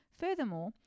Furthermore